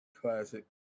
Classic